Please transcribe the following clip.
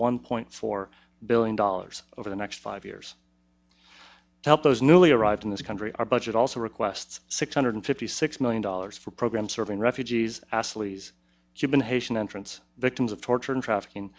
one point four billion dollars over the next five years help those newly arrived in this country our budget also requests six hundred fifty six million dollars for programs serving refugees astley's cuban haitian entrance victims of torture and trafficking